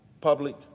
public